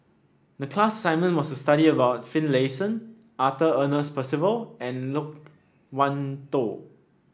the class assignment was study of a Finlayson Arthur Ernest Percival and Loke Wan Tho